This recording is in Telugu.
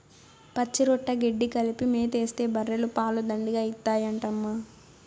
పచ్చిరొట్ట గెడ్డి కలిపి మేతేస్తే బర్రెలు పాలు దండిగా ఇత్తాయంటమ్మా